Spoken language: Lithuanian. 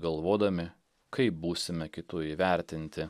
galvodami kaip būsime kitų įvertinti